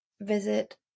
visit